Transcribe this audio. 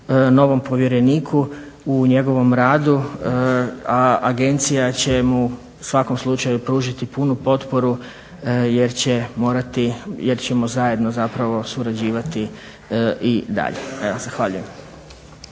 novom povjereniku u njegovom radu, a agencija će mu u svakom slučaju pružiti punu potporu jer ćemo zajedno surađivati i dalje. Zahvaljujem.